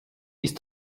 ist